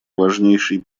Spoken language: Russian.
важнейший